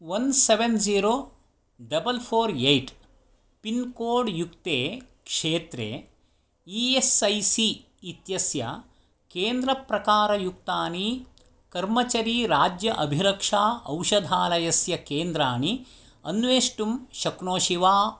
one seven zero double four eight pincode युक्ते क्षेत्रे E S I C इत्यस्य केन्द्रप्रकारयुक्तानि कर्मचरी राज्य अभिरक्षा औषधालयस्य केन्द्राणि अन्वेष्टुं शक्नोषि वा